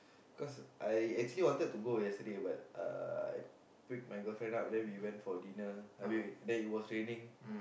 cause I actually wanted to go yesterday but uh I pick my girlfriend up then we went for dinner wait wait then it was raining